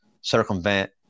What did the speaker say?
circumvent